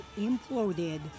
imploded